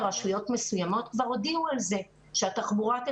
ברשויות מסוימות כבר הודיע על כך שהתחבורה הציבורית